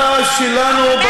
הממשלה הזאת נתנה 14 מיליארד דולר.